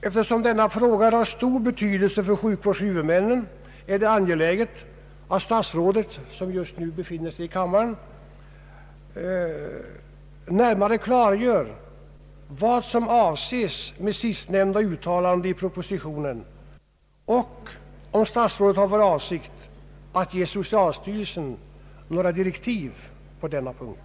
Eftersom denna fråga är av stor betydelse för sjukvårdshuvudmännen är det angeläget att statsrådet, som just nu befinner sig i kammaren, närmare klargör vad som avses med sistnämnda uttalande i propositionen och om statsrådet har för avsikt att ge socialstyrelsen några direktiv på denna punkt.